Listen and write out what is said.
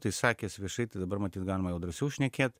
tai sakęs viešai tai dabar matyt galima jau drąsiau šnekėt